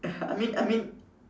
I mean I mean